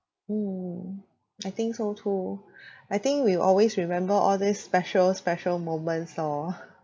mm I think so too I think we'll always remember all these special special moments lor